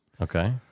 Okay